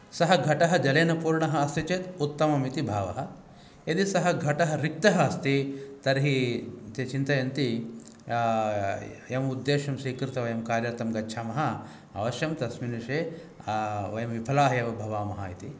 सः घटः जलेनपूर्णः अस्ति चेत् उत्तमं इति भावः यदि सः घटः रिक्तः अस्ति तर्हि ते चिन्तयन्ति यं उद्देश्यं स्वीकृत्य वयं कार्यार्थं गच्छामः अवश्यं तस्मिन् विषये वयं विफलाः एव भवामः इति